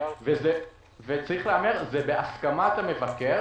וזה בהסכמת המבקר,